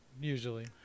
usually